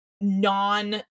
non